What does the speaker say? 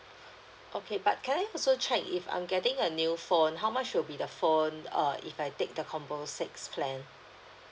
okay but can I also check if I'm getting a new phone how much will be the phone uh if I take the combo six plan